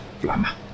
Flama